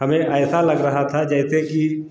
हमें ऐसा लग रहा था जैसे कि